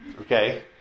Okay